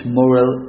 moral